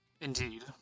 Indeed